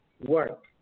work